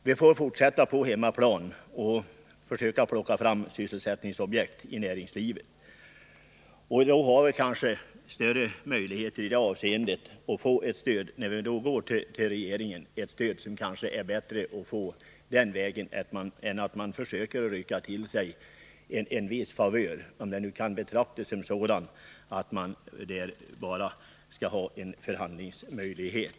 Vi får fortsätta på hemmaplan och försöka plocka fram sysselsättningsobjekt i näringslivet. Då har vi kanske större möjligheter att gå till regeringen och få stöd. Det är kanske bättre att gå den vägen än att försöka rycka till sig en viss favör — om det nu skall betraktas som en sådan att man får förhandlingsmöjlighet.